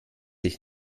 ich